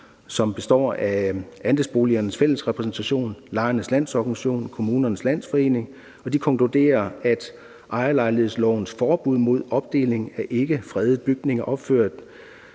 som består af Andelsboligforeningernes Fællesrepræsentation, Lejernes Landsorganisation, Kommunernes Landsforening. De konkluderer, at ejerlejlighedslovens forbud mod opdeling af ikkefredede bygninger, opført